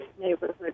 neighborhood